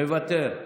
מוותר.